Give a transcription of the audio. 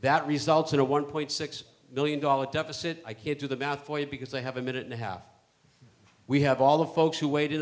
that results in a one point six million dollars deficit i can't do the math for you because they have a minute and a half we have all the folks who w